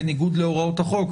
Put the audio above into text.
בניגוד להוראות החוק,